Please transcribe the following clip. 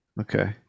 Okay